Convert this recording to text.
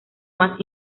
más